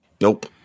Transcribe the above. nope